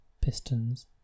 pistons